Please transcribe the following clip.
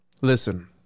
listen